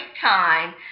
time